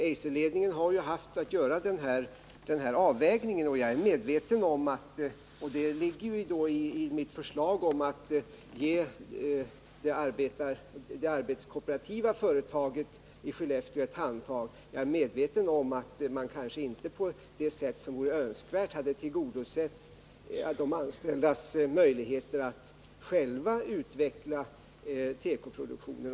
Eiserledningen har ju haft att göra denna avvägning. Jag är medveten om att man kanske inte på det sätt som hade varit önskvärt har tillgodosett de anställdas vid Skellefteåfabriken möjligheter att själva utveckla tekoproduktionen.